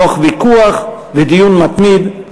תוך ויכוח ודיון מתמיד,